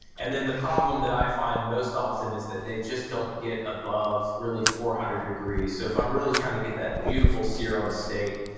and then the problem that i find most often is that they just don't get above really four hundred degrees. so if i'm really trying to get that beautiful sear on a steak,